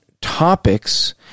topics